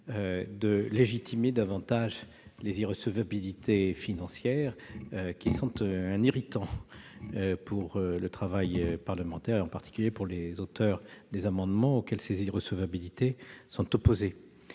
de légitimer davantage les irrecevabilités financières, qui sont un irritant pour le travail parlementaire, en particulier pour les auteurs des amendements concernés. Je crois